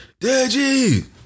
Deji